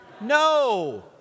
No